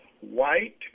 white